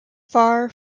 far